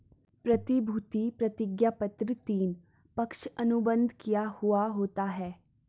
प्रतिभूति प्रतिज्ञापत्र तीन, पक्ष अनुबंध किया हुवा होता है